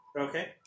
Okay